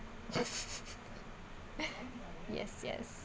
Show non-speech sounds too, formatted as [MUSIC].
[LAUGHS] yes yes